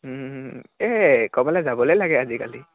এই ক'ৰবালৈ যাবলৈ লাগে আজিকালি